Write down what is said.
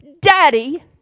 daddy